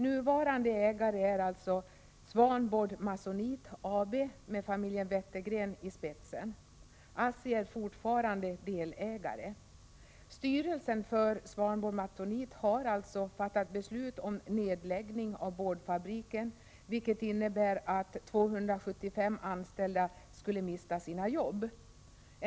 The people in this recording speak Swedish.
Nuvarande ägare är alltså Swanboard Masonite AB med familjen Wettergren i spetsen. ASSI är fortfarande delägare i företaget. Styrelsen för Swanboard Masonite har alltså fattat beslut om nedläggning av boardfabriken, vilket innebär att 275 anställda kommer att mista sina jobb.